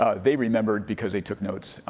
ah they remembered, because they took notes.